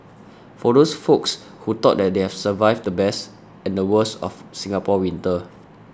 for those folks who thought that they have survived the best and the worst of Singapore winter